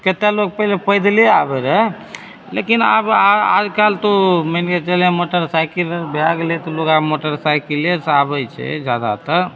कतेक लोग पहिने पैदले आबै रहए लेकिन आब आइकाल्हि तो मानिके चले मोटरसाइकल भए गेलै तऽ लोग आब मोटरसाइकिले से आबैत छै जादा तऽ